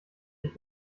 ich